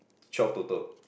twelve total